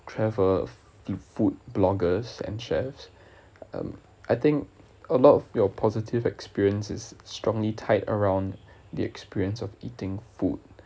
travel food bloggers and chefs and I think a lot of your positive experience is strongly tied around the experience of eating food